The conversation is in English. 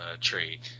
trade